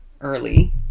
early